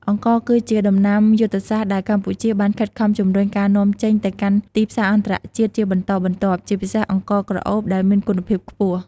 អង្ករ គឺជាដំណាំយុទ្ធសាស្ត្រដែលកម្ពុជាបានខិតខំជំរុញការនាំចេញទៅកាន់ទីផ្សារអន្តរជាតិជាបន្តបន្ទាប់ ជាពិសេសអង្ករក្រអូបដែលមានគុណភាពខ្ពស់។